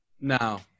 Now